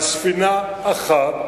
על ספינה אחת,